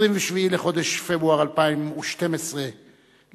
27 בחודש פברואר 2012 למניינם.